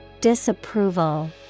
Disapproval